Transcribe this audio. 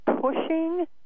pushing